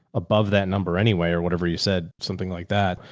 above that number anyway, or whatever you said, something like that.